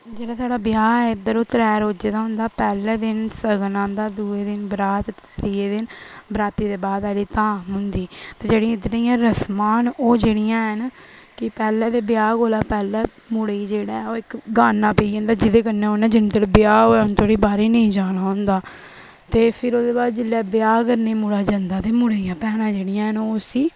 जेह्ड़ा साढ़ै ब्याह् ऐ इद्धर ओह् त्रै रोजें दा होंदा पैह्ले दिन सगन आंदा दुए दिन बरात त्रीआ दिन बराती दे बाद आह्ली धाम होंदी ते जेह्ड़ी इद्धरै दियां रसमां न ओह् जेह्ड़ियां हैन कि पैह्ले ते ब्याह् कोला पैह्ले मुड़े गी जेह्ड़ा ऐ इक गान्ना पेई जंदा ऐ जेह्दे कन्नै उन्नै जिन्ने धोड़ी ब्याह् होवे उन्ने धोड़ी बाह्रै गी नेईं जाना होंदा ते फिर ओह्दे बाद जेल्लै ब्याह् करने ई मुड़ा जंदा ते मुड़े दियां भैनां जेह्ड़ियां न ओह् उसी